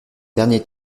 dernier